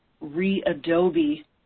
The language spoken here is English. re-adobe